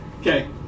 Okay